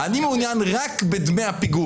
אני מעוניין רק בדמי הפיגורים.